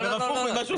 זה הפוך ממה שהוא הציע.